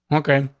um okay?